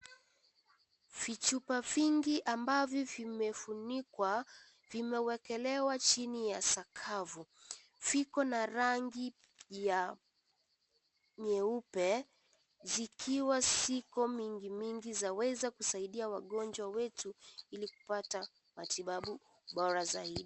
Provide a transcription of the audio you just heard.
Vichupa vingi ambavyo vimefunikwa vimewekelewa chini ya sakafu viko na rangi ya nyeupe zikiwa ziko mingi mingi zaweza kusaidia wagonjwa wetu ili kupata matibabu bora zaidi.